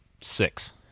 six